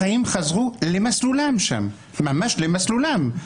החיים חזרו למסלולם שם, ממש למסלולם.